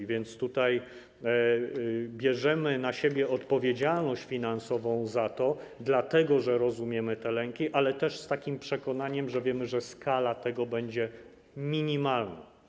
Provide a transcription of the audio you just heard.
A więc tutaj bierzemy na siebie odpowiedzialność finansową za to, dlatego że rozumiemy te lęki, ale też z takim przekonaniem, że wiemy, że skala tego będzie minimalna.